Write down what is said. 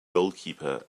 goalkeeper